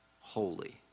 Holy